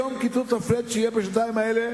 היום, קיצוץ ה-flat שיהיה בשנתיים האלה